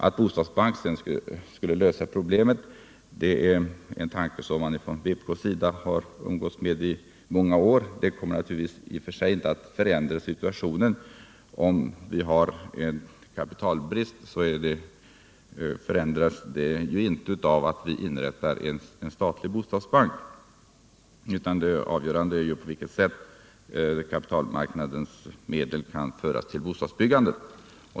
Att en bostadsbank skulle lösa problemen är en tanke som vpk umgåtts med i många år. Det kommer naturligtvis inte i och för sig att förändra situationen. En kapitalbrist minskar ju inte av att vi inrättar en statlig bostadsbank. Det avgörande är på vilket sätt kapitalmarknadens medel kan föras till bostadsbyggandet.